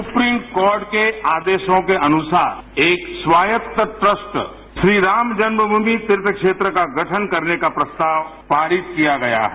supreme court के आदेशों के अनुसार एक स्वायत्त ट्रस्ट श्री राम जन्म भूमि तीर्थ क्षेत्र का गठन करने का प्रस्ताव पारित किया गया है